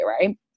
right